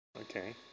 Okay